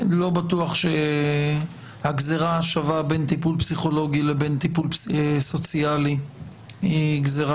לא בטוח שהגזרה השווה בין טיפול פסיכולוגי לבין טיפול סוציאלי היא גזרה